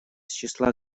числа